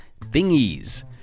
Thingies